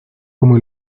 como